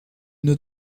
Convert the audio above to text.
nous